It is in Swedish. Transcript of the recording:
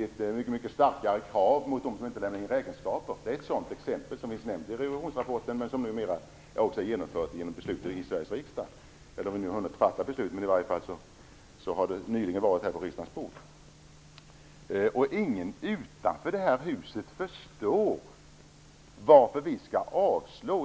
Ett mycket starkare krav mot dem som inte lämnar in räkenskaper är ett exempel som finns nämnt i revisionsrapporten och som numera också är genomfört genom beslut i Sveriges riksdag, om vi nu hunnit fatta beslutet. I varje fall har ärendet nyligen varit på riksdagens bord. Ingen utanför det här huset förstår varför vi i